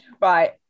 Right